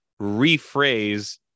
rephrase